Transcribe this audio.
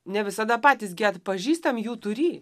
ne visada patys gi atpažįstam jų turį